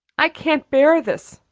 i can't bear this!